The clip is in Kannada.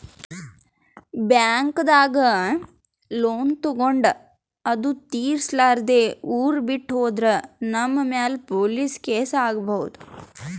ಬ್ಯಾಂಕ್ದಾಗ್ ಲೋನ್ ತಗೊಂಡ್ ಅದು ತಿರ್ಸಲಾರ್ದೆ ಊರ್ ಬಿಟ್ಟ್ ಹೋದ್ರ ನಮ್ ಮ್ಯಾಲ್ ಪೊಲೀಸ್ ಕೇಸ್ ಆಗ್ಬಹುದ್